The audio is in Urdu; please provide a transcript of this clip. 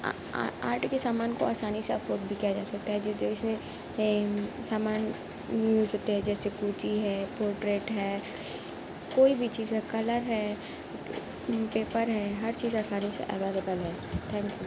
آرٹ کے سامان کو آسانی سے افورڈ بھی کیا جا سکتا ہے جیسے سامان مل سکتے ہیں جیسے کوچی ہے پورٹریٹ ہے کوئی بھی چیز ہے کلر ہے پیپر ہے ہر چیز آسانی سے اویلیبل ہے تھینک یو